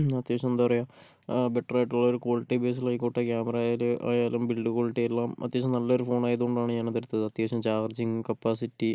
അത്യാവശ്യം എന്താ പറയുക ബെറ്ററായിട്ടൊള്ള ഒരു ക്വാളിറ്റി ബേസിൽ ആയിക്കോട്ടെ ക്യാമറ ആയാൽ ആയാലും ബിൽഡ് ക്വാളിറ്റി എല്ലാം അത്യാവശ്യം നല്ലൊരു ഫോൺ ആയതുകൊണ്ടാണ് ഞാൻ അത് എടുത്തത് അത്യാവശ്യം ചാർജിങ്ങ് കപ്പാസിറ്റി